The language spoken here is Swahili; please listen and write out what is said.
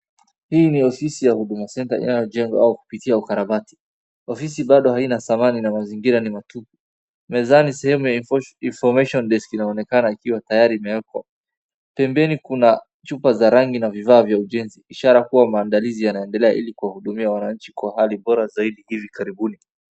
hii ni ofici ya Huduma Centre linayojengwa au kupitia ukarabati. Ofisi bado halina uzima au mazingia ni matupu mezani iformation desk inaonekana ikiwa tayari imewekwa pembeni kuna chupa za rangi na vivaa vya ujenzi ishara kuwa maadalizi yana endela ili kuwa hudumia wananchi wa hali bora zaidi hivi karibuni.